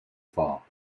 fall